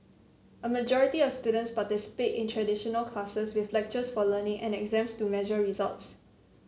a majority of students participate in traditional classes with lectures for learning and exams to measure results